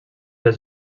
les